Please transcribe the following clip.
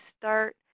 start